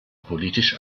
politisch